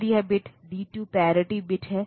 फिर यह bit D 2 parity bit है